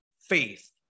faith